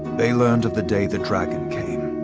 they learned of the day the dragon came.